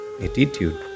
attitude